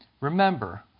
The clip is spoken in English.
Remember